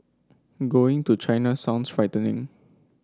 going to China sounds frightening